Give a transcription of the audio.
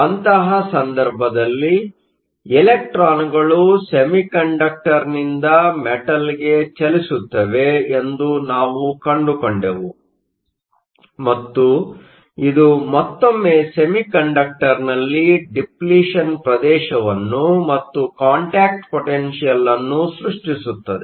ಅಂತಹ ಸಂದರ್ಭದಲ್ಲಿ ಇಲೆಕ್ಟ್ರಾನ್ಗಳು ಸೆಮಿಕಂಡಕ್ಟರ್ನಿಂದ ಮೆಟಲ್ಗೆ ಚಲಿಸುತ್ತವೆ ಎಂದು ನಾವು ಕಂಡುಕೊಂಡೆವು ಮತ್ತು ಇದು ಮತ್ತೊಮ್ಮೆ ಸೆಮಿಕಂಡಕ್ಟರ್ನಲ್ಲಿ ಡಿಪ್ಲಿಷನ್ ಪ್ರದೇಶವನ್ನು ಮತ್ತು ಕಾಂಟ್ಯಾಕ್ಟ್ ಪೊಟೆನ್ಷಿಯಲ್Contact potential ಅನ್ನು ಸೃಷ್ಟಿಸುತ್ತದೆ